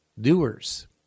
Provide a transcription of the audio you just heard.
doers